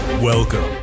Welcome